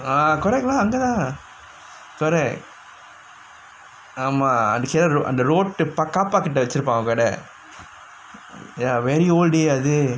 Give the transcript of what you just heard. ah correct lah ஆமா அது:aamaa athu kira அந்த:antha road டு:du par~ car park கிட்ட வெச்சிருப்பா அவ கடை:kitta vechiruppaa ava kadai ya very old dey அது:athu